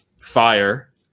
fire